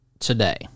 today